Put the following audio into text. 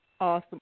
Awesome